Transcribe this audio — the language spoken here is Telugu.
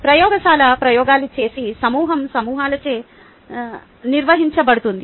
ప్రయోగశాల ప్రయోగాలు చేసే సమూహం సమూహాలచే నిర్వహించబడుతుంది